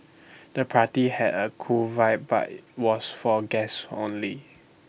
the party had A cool vibe but was for guests only